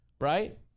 right